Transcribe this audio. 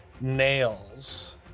Nails